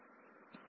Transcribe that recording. ત્યારે મળીશું